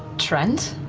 trent?